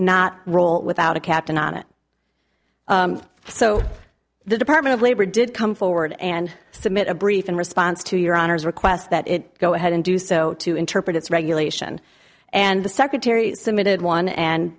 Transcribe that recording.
not roll without a captain on it so the department of labor did come forward and submit a brief in response to your honor's request that it go ahead and do so to interpret its regulation and the secretary submitted one and